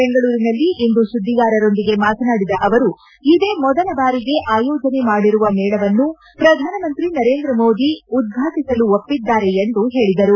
ಬೆಂಗಳೂರಿನಲ್ಲಿಂದು ಸುದ್ದಿಗಾರರೊಂದಿಗೆ ಮಾತನಾಡಿದ ಅವರು ಇದೇ ಮೊದಲ ಬಾರಿಗೆ ಆಯೋಜನೆ ಮಾಡಿರುವ ಮೇಳವನ್ನು ಪ್ರಧಾನಮಂತ್ರಿ ನರೇಂದ್ರ ಮೋದಿ ಉದ್ವಾಟಿಸಲು ಒಪ್ಪಿದ್ದಾರೆ ಎಂದು ಹೇಳಿದರು